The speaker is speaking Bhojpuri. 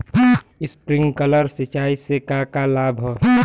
स्प्रिंकलर सिंचाई से का का लाभ ह?